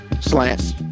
Slants